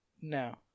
No